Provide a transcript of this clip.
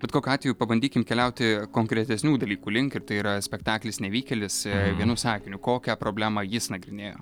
bet kokiu atveju pabandykim keliauti konkretesnių dalykų link ir tai yra spektaklis nevykėlis vienu sakiniu kokią problemą jis nagrinėja